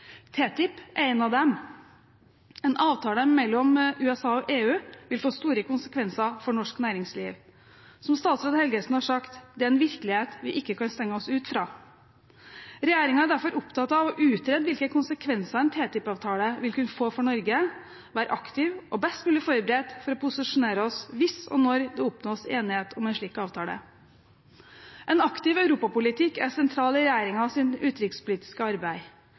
TTIP er en av dem. En avtale mellom EU og USA vil få store konsekvenser for norsk næringsliv. Som statsråd Helgesen har sagt: Det er en virkelighet vi ikke kan stenge oss ute fra. Regjeringen er derfor opptatt av å utrede hvilke konsekvenser en TTIP-avtale vil kunne få for Norge, være aktiv og best mulig forberedt til å posisjonere oss hvis og når det oppnås enighet om en slik avtale. En aktiv europapolitikk er sentral i regjeringens utenrikspolitiske arbeid.